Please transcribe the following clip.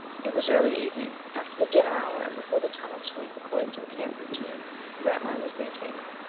it was early evening. after the dinner hour and before the time of sleep according to the camp routine grantline was maintaining.